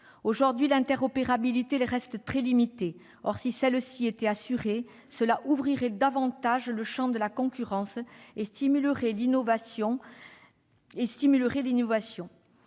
Aujourd'hui, l'interopérabilité reste très limitée. Or, si elle était assurée, cela ouvrirait davantage le champ de la concurrence et stimulerait l'innovation.